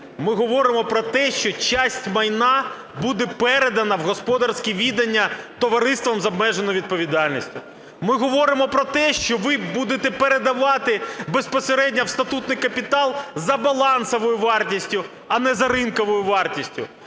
Ми говоримо про те, що частина майна буде передана в господарські відання товариствам з обмеженою відповідальністю. Ми говоримо про те, що ви будете передавати безпосередньо в статутний капітал за балансовою вартістю, а не за ринковою вартістю.